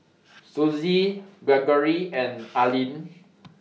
Suzy Greggory and Allyn